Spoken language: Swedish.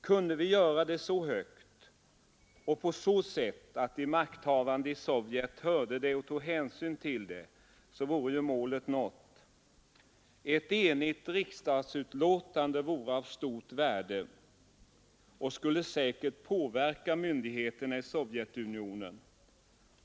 Kunde vi göra det så högt och på sådant sätt att de makthavande i Sovjet hörde det och tog hänsyn till det, vore målet nått. Ett enigt riksdagsuttalande vore av stort värde och skulle säkert påverka myndigheterna i Sovjetunionen.